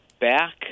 back